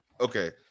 Okay